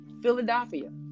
Philadelphia